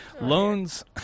Loans